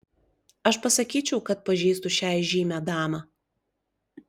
aš pasakyčiau kad pažįstu šią įžymią damą